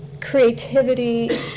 creativity